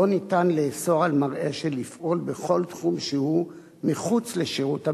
לא ניתן לאסור על מר אשל לפעול בכל תחום שהוא מחוץ לשירות המדינה,